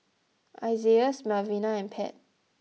Isaias Melvina and Pat